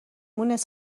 مونس